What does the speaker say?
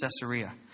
Caesarea